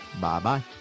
bye-bye